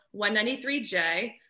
193J